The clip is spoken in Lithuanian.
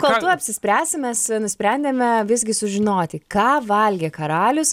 kol tu apsispręsi mes nusprendėme visgi sužinoti ką valgė karalius